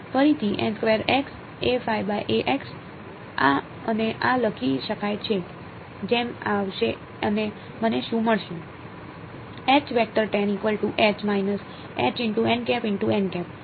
ફરીથી આ અને આ લખી શકાય છે જેમ આવશે અને મને શું મળશે